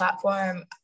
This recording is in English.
platform